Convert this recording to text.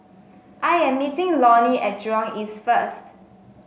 I am meeting Lonnie at Jurong East first